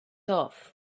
off